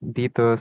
dito